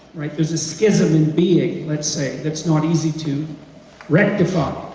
right? there's a schism in being, let's say, that's not easy to rectify.